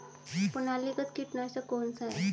प्रणालीगत कीटनाशक कौन सा है?